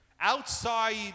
Outside